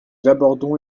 abordons